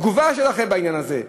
תגובה שלכם בעניין הזה.